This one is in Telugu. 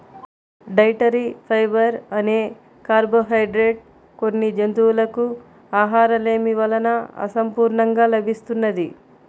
డైటరీ ఫైబర్ అనే కార్బోహైడ్రేట్ కొన్ని జంతువులకు ఆహారలేమి వలన అసంపూర్ణంగా లభిస్తున్నది